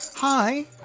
Hi